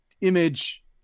image